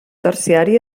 terciari